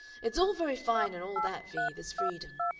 it's all very fine and all that, vee, this freedom,